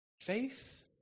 Faith